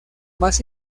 más